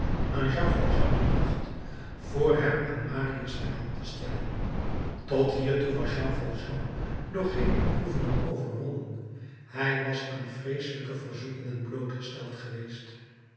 aan jean valjean gebracht vr hem aan marius ter hand te stellen tot hiertoe was jean valjean door geen beproevingen overwonnen hij was aan vreeselijke verzoekingen blootgesteld geweest